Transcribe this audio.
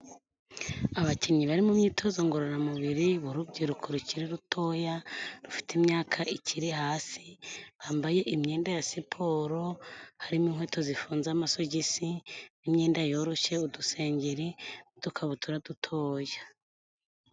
Abakinnyi bari mu myitozo ngororamubiri, urubyiruko rukiri rutoya rufite imyaka ikiri hasi, bambaye imyenda ya siporo harimo inkweto zifunze amasogisi n'imyenda yoroshye, udusengeri n'udukabutura dutoya.